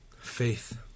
Faith